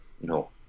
No